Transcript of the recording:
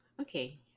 okay